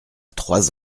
trois